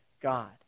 God